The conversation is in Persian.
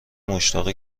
مشتاق